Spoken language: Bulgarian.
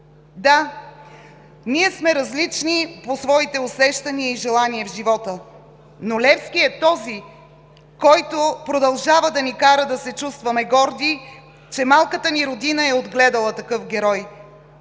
Да, ние сме различни по своите усещания и желания в живота, но Левски е този, който продължава да ни кара да се чувстваме горди, че малката ни Родина е отгледала такъв герой!